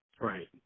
Right